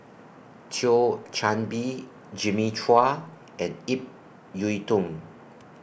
Thio Chan Bee Jimmy Chua and Ip Yiu Tung